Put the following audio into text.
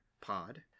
Pod